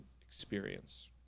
experience